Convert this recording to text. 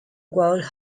woods